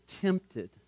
tempted